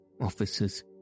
officers